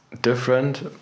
different